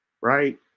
right